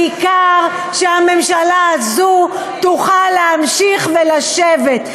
העיקר שהממשלה הזו תוכל להמשיך ולשבת.